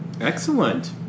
Excellent